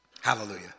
Hallelujah